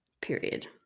period